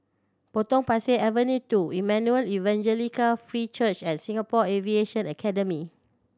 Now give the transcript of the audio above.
Potong Pasir Avenue Two Emmanuel Evangelical Free Church and Singapore Aviation Academy